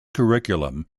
curriculum